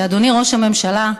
שאדוני ראש הממשלה,